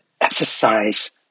exercise